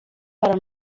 para